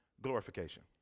glorification